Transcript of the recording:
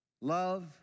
Love